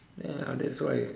ya that's why